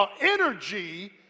energy